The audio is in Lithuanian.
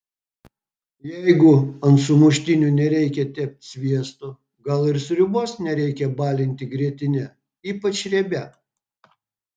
jeigu ant sumuštinių nereikia tepti sviesto gal ir sriubos nereikia balinti grietine ypač riebia